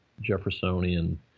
Jeffersonian